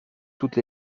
toutes